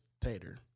Tater